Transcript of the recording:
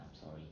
I'm sorry